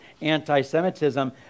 anti-Semitism